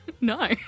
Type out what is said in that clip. No